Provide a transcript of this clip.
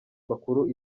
bakuru